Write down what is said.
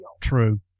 True